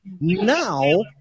Now